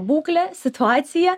būklė situacija